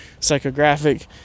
psychographic